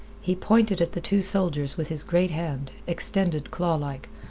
he pointed at the two soldiers with his great hand, extended clawlike.